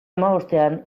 hamabostean